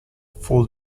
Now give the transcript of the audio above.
full